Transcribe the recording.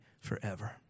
forever